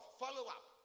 follow-up